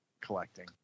collecting